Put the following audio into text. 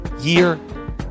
year